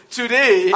today